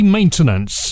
Maintenance